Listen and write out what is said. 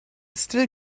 still